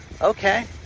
Okay